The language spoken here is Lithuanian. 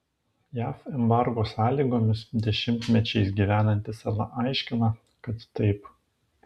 jav embargo sąlygomis dešimtmečiais gyvenanti sala aiškina kad taip